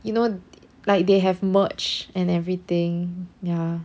you know like they have merch and everything ya